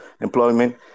employment